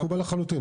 מקובל לחלוטין.